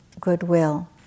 goodwill